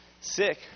sick